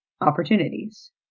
opportunities